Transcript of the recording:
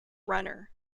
runner